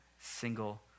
single